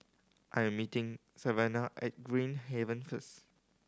I am meeting Savanna at Green Haven first